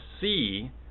see